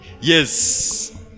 Yes